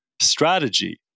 strategy